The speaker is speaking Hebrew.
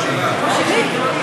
(תיקון,